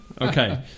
Okay